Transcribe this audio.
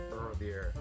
earlier